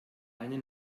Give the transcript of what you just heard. eine